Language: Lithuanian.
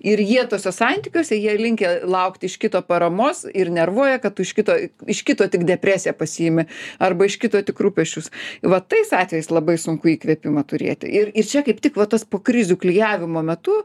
ir jie tuose santykiuose jie linkę laukti iš kito paramos ir nervuoja kad už kito iš kito tik depresiją pasiimi arba iš kito tik rūpesčius va tais atvejais labai sunku įkvėpimą turėti ir ir čia kaip tik va tas po krizių klijavimo metu